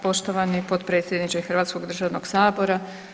poštovani potpredsjedniče hrvatskog državnog Sabora.